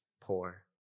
poor